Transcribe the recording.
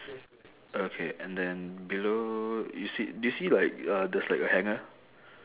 okay and then below you see do you see like uh there's like a hanger